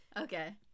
Okay